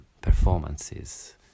performances